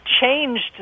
changed